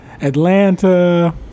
Atlanta